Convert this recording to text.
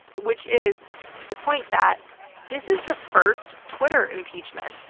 which is the point that this is the first twitter impeachment.